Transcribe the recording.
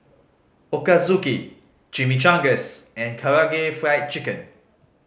Ochazuke Chimichangas and Karaage Fried Chicken